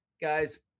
Guys